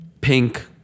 pink